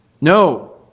No